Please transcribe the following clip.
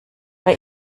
bei